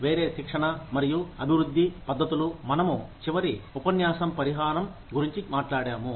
వేరే శిక్షణ మరియు అభివృద్ధి పద్ధతులు మనము చివరి ఉపన్యాసం పరిహారం గురించి మాట్లాడాము